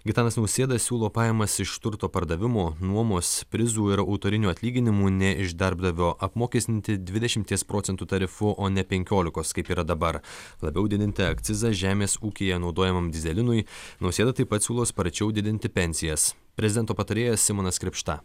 gitanas nausėda siūlo pajamas iš turto pardavimo nuomos prizų ir autorinių atlyginimų ne iš darbdavio apmokestinti dvidešimties procentų tarifu o ne penkiolikos kaip yra dabar labiau didinti akcizą žemės ūkyje naudojamam dyzelinui nausėda taip pat siūlo sparčiau didinti pensijas prezidento patarėjas simonas krėpšta